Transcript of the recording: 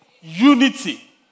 Unity